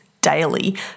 daily